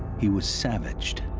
he was savaged.